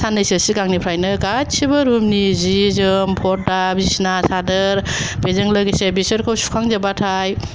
साननैसो सिगांनिफ्रायनो गासैबो रुमनि सि जोम पर्दा बिसना सादोर बिजों लोगोसे बेफोरखौ सुखां जोबबाथाय